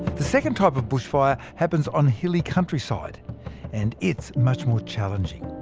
the second type of bushfire happens on hilly countryside and it's much more challenging.